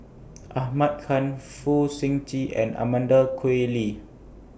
Ahmad Khan Fong Sip Chee and Amanda Koe Lee